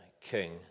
king